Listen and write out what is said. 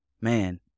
man